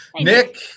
Nick